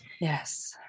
Yes